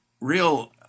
real